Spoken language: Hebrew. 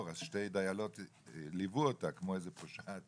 אז שתי דיילות ליוו אותה כמו איזה פושעת